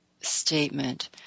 statement